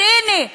אז הנה,